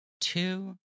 Two